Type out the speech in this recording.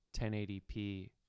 1080p